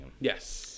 Yes